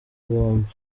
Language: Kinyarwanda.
bombo